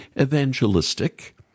evangelistic